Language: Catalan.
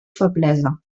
feblesa